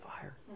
fire